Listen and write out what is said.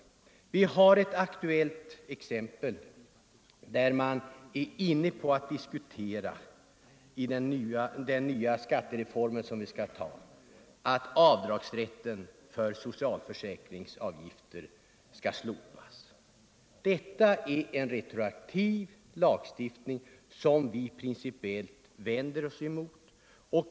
Ett aktuellt exempel om retroaktivitet är förslaget i den nya skattereformen — att avdragsrätten för socialförsäkringsavgiften skall slopas. Det är en retroaktiv lagstiftning som vi principiellt vänder oss emot.